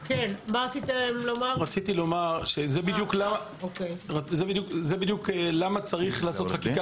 רציתי לומר שזה בדיוק מראה למה צריך לעשות חקיקה